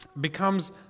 becomes